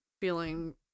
feeling